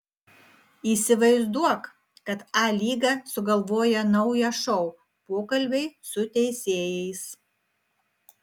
įsivaizduok kad a lyga sugalvoja naują šou pokalbiai su teisėjais